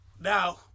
now